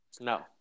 no